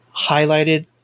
highlighted